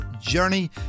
journey